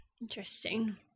interesting